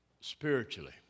spiritually